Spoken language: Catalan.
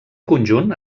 conjunt